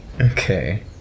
Okay